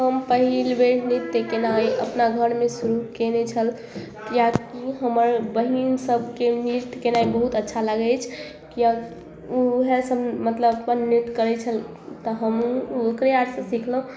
हम पहिल बेर नृत्य केनाइ अपना घरमे शुरू कयने छलहुॅं किएकि हमर बहिन सभके नृत्य केनाइ बहुत अच्छा लागै अछि किए उहे सभ मतलब अपन नृत्य करै छल तऽ हमहुँ हुनके आर सँ सिखलहुॅं